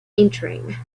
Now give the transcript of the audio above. entering